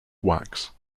wax